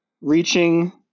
reaching